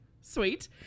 sweet